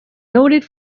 noted